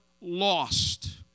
lost